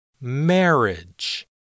Marriage